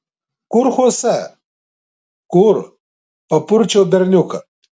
kur chose kur papurčiau berniuką